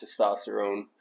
testosterone